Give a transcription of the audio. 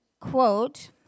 Quote